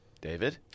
David